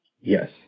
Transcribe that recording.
Yes